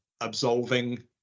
absolving